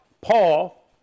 Paul